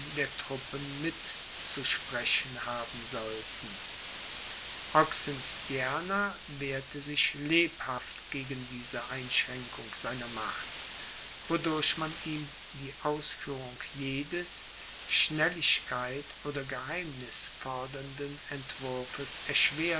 der truppen mitzusprechen haben sollten oxenstierna wehrte sich lebhaft gegen diese einschränkung seiner macht wodurch man ihm die ausführung jedes schnelligkeit oder geheimniß fordernden entwurfes erschwerte